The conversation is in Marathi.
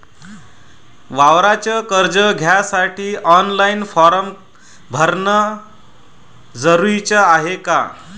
वावराच कर्ज घ्यासाठी ऑनलाईन फारम भरन जरुरीच हाय का?